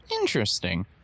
Interesting